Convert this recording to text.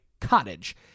cottage